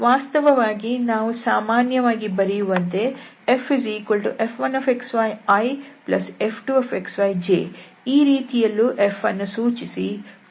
ವಾಸ್ತವವಾಗಿ ನಾವು ಸಾಮಾನ್ಯವಾಗಿ ಬರೆಯುವಂತೆ FF1xyiF2xyj ಈ ರೀತಿಯಲ್ಲಿಯೂ F ಅನ್ನು ಸೂಚಿಸಿ ಪ್ರಮೇಯವನ್ನು ಮುಂದುವರಿಸಬಹುದು